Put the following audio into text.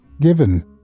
given